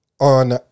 On